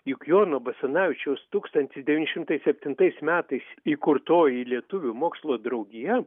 juk jono basanavičiaus tūkstantis devyni šimtai septintais metais įkurtoji lietuvių mokslo draugija